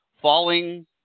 falling